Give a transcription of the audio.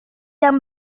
yang